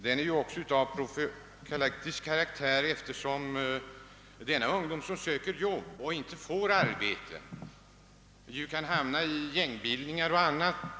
Den är också av profylaktisk karaktär, eftersom den ungdom som söker arbete men inte får ferieanställningar kan hamna i gängbildningar och dylikt.